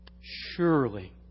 Surely